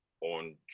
on